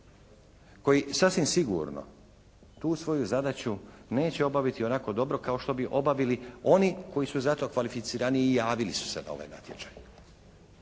koji sasvim sigurno tu svoju zadaću neće obaviti onako dobro kao što bi je obavili oni koji su za to kvalificiraniji i javili su se na ovaj natječaj.